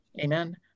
amen